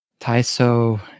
Taiso